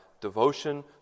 devotion